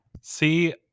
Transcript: See